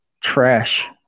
Trash